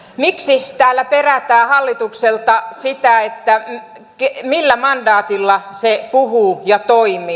miksi täällä perätään hallitukselta sitä millä mandaatilla se puhuu ja toimii